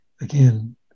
Again